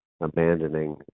abandoning